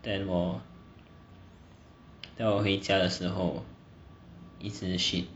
then 我 then 我回家的时候一直 shit